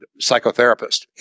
psychotherapist